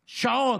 שעות,